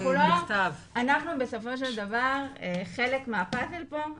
אנחנו בסופו של דבר חלק מהפאזל פה,